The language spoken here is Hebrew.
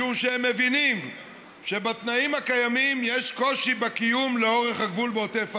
משום שהם מבינים שבתנאים הקיימים יש קושי בקיום לאורך הגבול בעוטף עזה.